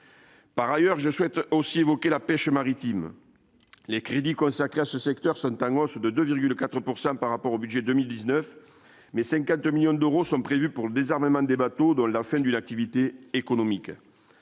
Par ailleurs, je souhaite aussi évoquer la pêche maritime les crédits consacrés à ce secteur Sonntag, hausse de 2,4 pourcent par rapport au budget 2000 19 mai 52 millions d'euros sont prévus pour le désarmement des bateaux dans la fin d'une activité économique